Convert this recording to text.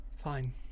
Fine